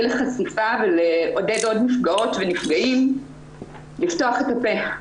לחשיפה ולעודד עוד נפגעות ונפגעים לפתוח את הפה.